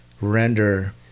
render